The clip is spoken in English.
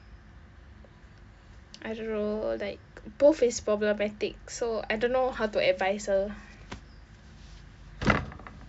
I don't know like both is problematic so I don't know how to advise her